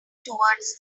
towards